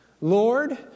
Lord